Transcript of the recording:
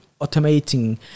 automating